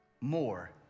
More